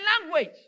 language